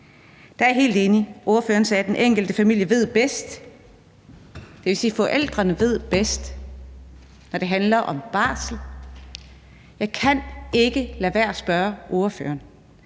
Der er jeg helt enig. Ordføreren sagde, at den enkelte familie ved bedst, og det vil sige, at forældrene ved bedst, når det handler om barsel. Jeg kan ikke lade være at spørge ordføreren: